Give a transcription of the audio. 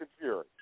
Fury